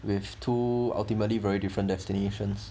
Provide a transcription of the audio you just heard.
with two ultimately very different destinations